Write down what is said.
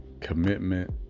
Commitment